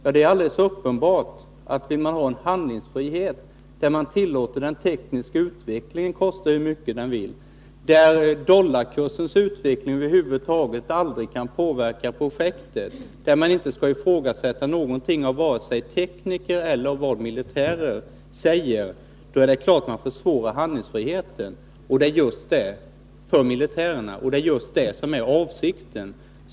Om man inte vill ha en sådan handlingsfrihet där den tekniska utvecklingen tillåts kosta hur mycket som helst, dollarkursens utveckling över huvud taget aldrig kan påverka projektet och ingenting av vad tekniker och militärer säger skall kunna ifrågasättas, är det klart att man minskar handlingsfriheten för militärerna. Men det är just det som är avsikten.